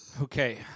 Okay